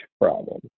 problem